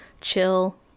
chill